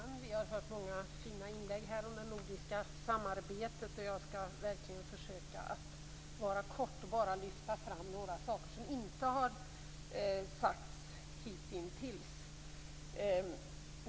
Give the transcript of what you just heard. Fru talman! Vi har hört många fina inlägg om det nordiska samarbetet, och jag skall verkligen försöka att vara kortfattad och bara lyfta fram några saker som hitintills inte har sagts.